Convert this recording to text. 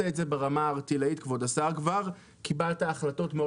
את זה ברמה הערטילאית אלא כבר קיבלת החלטות מאוד